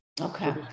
Okay